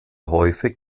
häufig